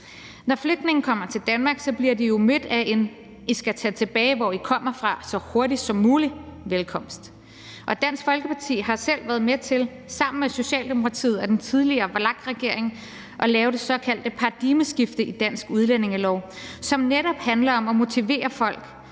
Når flygtninge kommer til Danmark, bliver de jo mødt af og budt velkommen med udsagn om, at de skal tage tilbage, hvor de kommer fra, så hurtigt som muligt. Og Dansk Folkeparti har sammen med Socialdemokratiet og den tidligere VLAK-regering selv været med til at lave det såkaldte paradigmeskifte i dansk udlændingelov, som netop handler om at motivere folk